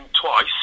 twice